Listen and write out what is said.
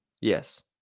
Yes